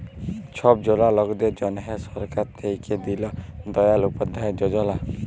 ছব জলা লকদের জ্যনহে সরকার থ্যাইকে দিল দয়াল উপাধ্যায় যজলা